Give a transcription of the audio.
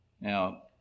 Now